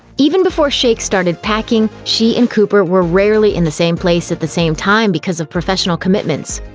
even before shayk started packing, she and cooper were rarely in the same place at the same time because of professional commitments.